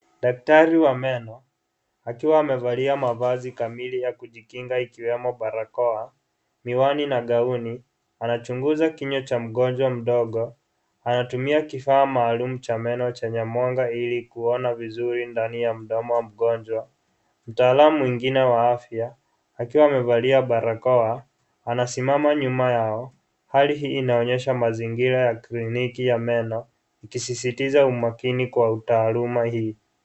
Daktari wa meno akiwa amevalia mavazi kamili ya kujikinga ikiwemo barakoa, miwani na barakoa; anachunguza kinywa cha mgonjwa mdogo. Anatumia kifaa maalum cha meno chenye mwanga ili kuona vizuri ndani ya mdomo wa mgonjwa. Mtaalamu mwingine wa afya akiwa amevalia barakoa, anasimama nyuma yao. Hali hii inaonyesha mazingira ya kliniki ya meno ikisisitiza umakini kwa utaaluma hii.